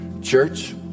Church